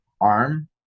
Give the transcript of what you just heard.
arm